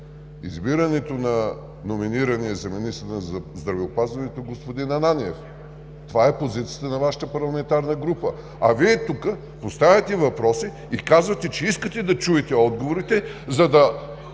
избирането на номинирания за министър на здравеопазването господин Ананиев. Това е позицията на Вашата парламентарна група, а Вие поставяте въпроси и казвате, че искате да чуете отговорите, за да